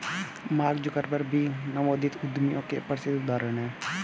mark Zuckerberg भी नवोदित उद्यमियों के प्रसिद्ध उदाहरण हैं